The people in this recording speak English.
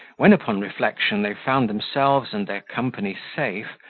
when upon reflection they found themselves and their company safe,